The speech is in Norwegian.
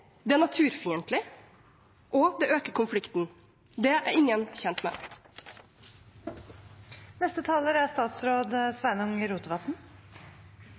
det er naturfiendtlig, og det øker konflikten. Det er ingen tjent med.